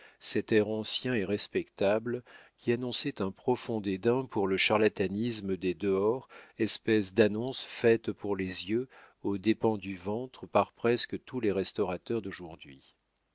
cet air ancien et respectable qui annonçait un profond dédain pour le charlatanisme des dehors espèce d'annonce faite pour les yeux aux dépens du ventre par presque tous les restaurateurs d'aujourd'hui